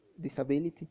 disability